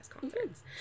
concerts